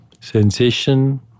Sensation